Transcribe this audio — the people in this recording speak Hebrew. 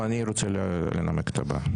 פה אני רוצה לנמק את הבאה.